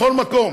בכל מקום,